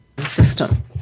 system